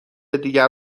دیگر